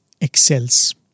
excels